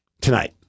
tonight